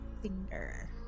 finger